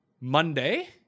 Monday